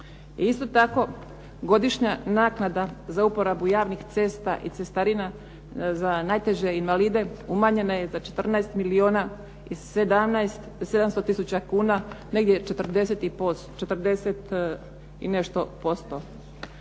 Isto tako, godišnja naknada za uporabu javnih cesta i cestarina za najteže invalide umanjena je za 14 milijuna 700 tisuća kuna, negdje 40 i nešto posto.